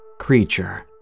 Creature